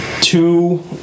two